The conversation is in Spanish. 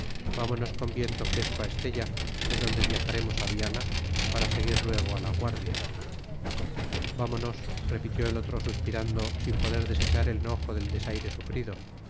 vámonos con viento fresco a estella de donde bajaremos a viana para seguir luego a la guardia vámonos repitió el otro suspirando sin poder desechar el enojo del desaire sufrido